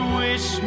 wish